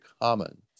common